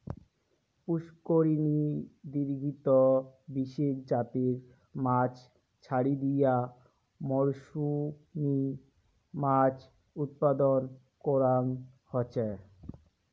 পুষ্করিনী, দীঘিত বিশেষ জাতের মাছ ছাড়ি দিয়া মরসুমী মাছ উৎপাদন করাং হসে